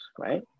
right